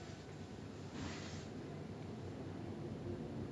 you know I actually I think the first suriya movie I saw was kaakha kaakha